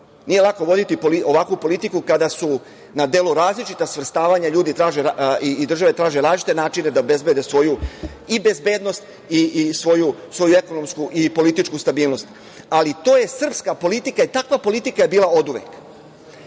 Nije lako voditi ovakvu politiku kada su na delu različita svrstavanja. Ljudi traže i države traže različite načine da obezbede svoju i bezbednost i svoju ekonomsku i političku stabilnost. To je srpska politika. Takva politika je bila oduvek.